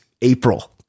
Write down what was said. April